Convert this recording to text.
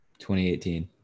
2018